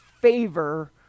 favor